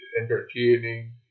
entertaining